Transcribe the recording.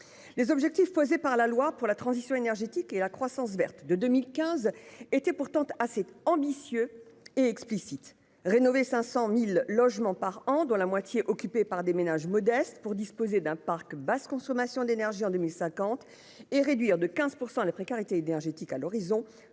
Les objectifs posés par la loi pour la transition énergétique et la croissance verte de 2015 était pourtant assez ambitieux et explicite rénover 500.000 logements par an, dont la moitié occupés par des ménages modestes pour disposer d'un parc basse consommation d'énergie en 2050 et réduire de 15% à la précarité énergétique à l'horizon